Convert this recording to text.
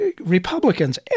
Republicans